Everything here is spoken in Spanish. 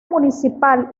municipal